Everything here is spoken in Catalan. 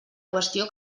qüestió